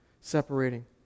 separating